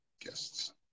guests